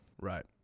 Right